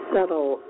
Settle